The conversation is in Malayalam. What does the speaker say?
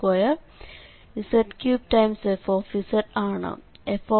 z→0d2dz2z3f⁡ ആണ്